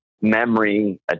memory